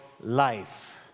life